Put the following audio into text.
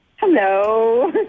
Hello